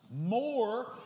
More